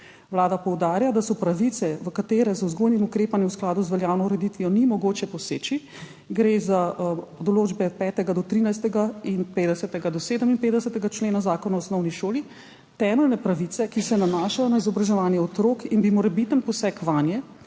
Vlada poudarja, da so pravice, v katere z vzgojnim ukrepanjem v skladu z veljavno ureditvijo ni mogoče poseči, gre za določbe od 5. do 13. in od 50. do 57. člena Zakona o osnovni šoli, temeljne pravice, ki se nanašajo na izobraževanje otrok in bi morebiten poseg vanje,